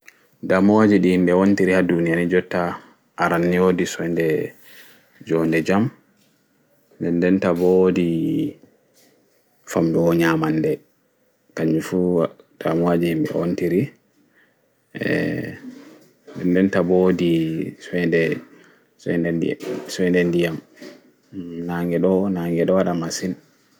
Damuwaji ɗi himɓe wontiri ha ɗuniya jota aran ni woɗui soinɗe joonɗe jam nɗen nɗe ta ɓo woɗi famɗugo nyamanɗe kanju fu ɗamuwaaji himɓe ɗo wontiri nɗen nɗe ta ɓo woɗi soinɗe nɗiyam